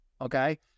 okay